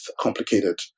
complicated